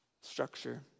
structure